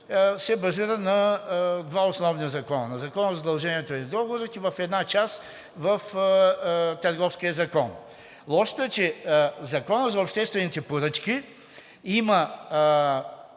се базира на два основни закона – на Закона за задълженията и договорите, и в една част в Търговския закон. Лошото е, че Законът за обществените поръчки се